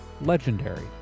legendary